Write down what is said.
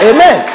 Amen